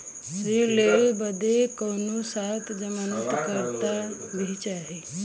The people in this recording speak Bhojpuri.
ऋण लेवे बदे कउनो साथे जमानत करता भी चहिए?